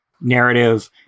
narrative